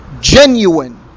genuine